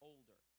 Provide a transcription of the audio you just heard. Older